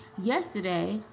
Yesterday